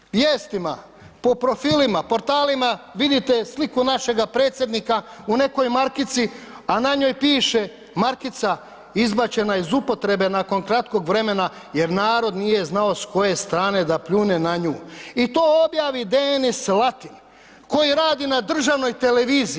Kada u vijestima, po profilima, portalima vidite sliku našeg predsjednika u nekoj markici, a na njoj piše markica izbačena iz upotrebe nakon kratkog vremena jer narod nije znao s koje strane da pljune na nju i to objavi Denis Latin koji radi na državnoj televiziji.